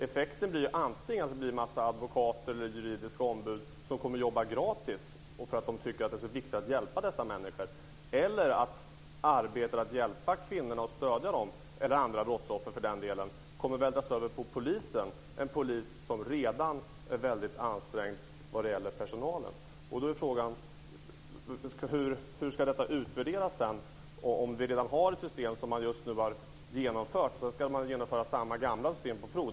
Effekten blir antingen att en mängd advokater eller juridiska ombud kommer att jobba gratis därför att de tycker att det är så viktigt att hjälpa dessa människor eller att arbetet med att hjälpa och stödja kvinnorna - och för den delen också andra brottsoffer - kommer att vältras över på polisen, en polis som redan är väldigt ansträngd personalmässigt. Hur ska detta sedan utvärderas om vi redan nu har ett system som just genomförts och man sedan ska genomföra samma gamla system på prov?